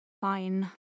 Fine